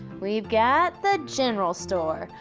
we've got the general store,